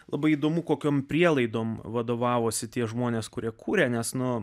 labai įdomu kokiom prielaidom vadovavosi tie žmonės kurie kūrė nes nuo